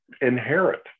inherit